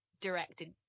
directed